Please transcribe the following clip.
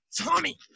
Tommy